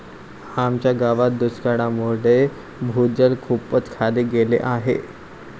आमच्या गावात दुष्काळामुळे भूजल खूपच खाली गेले आहे